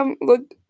look